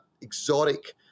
exotic